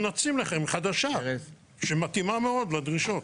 ישימו לנו חדשה, שמתאימה מאוד לדרישות.